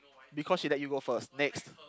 because he let you go first next